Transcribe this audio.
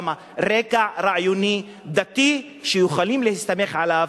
רקע רעיוני דתי שיכולים להסתמך עליו